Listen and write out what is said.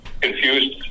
confused